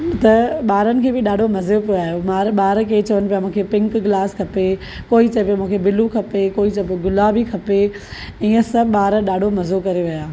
त बा॒रनि खे बि डा॒ढो मज़ो पए आयो बा॒र के चवनि पिया मूंखे पिंक ग्लास खपे कोई चए पियो मूंखे ब्लू खपे कोई चए पियो गुलाबी खपे ईअं सभु बा॒र डा॒ढो मज़ो करे विया